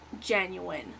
genuine